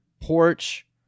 porch